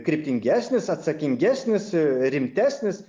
kryptingesnis atsakingesnis rimtesnis